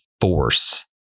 force